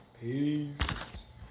Peace